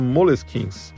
Moleskins